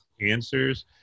answers